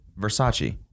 Versace